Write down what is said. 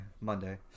monday